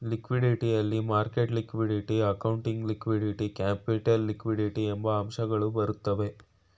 liquidity ಯಲ್ಲಿ market liquidity, accounting liquidity, capital liquidity ಎಂಬ ಅಂಶಗಳು ಬರುತ್ತವೆ